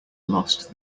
lost